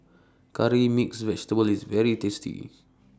Curry Mixed Vegetable IS very tasty